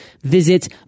visit